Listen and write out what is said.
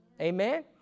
Amen